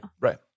Right